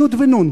י' ונ'.